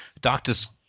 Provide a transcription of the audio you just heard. doctors